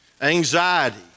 Anxiety